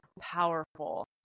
powerful